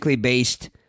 based